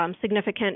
significant